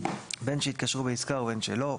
בין שהתקשרו בעסקה ובין שלא".